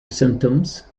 symptoms